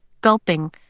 Gulping